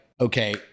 okay